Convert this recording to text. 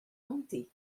gante